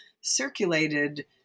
circulated